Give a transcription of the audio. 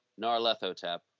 Narlethotep